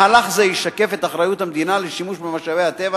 מהלך זה ישקף את אחריות המדינה לשימוש במשאבי הטבע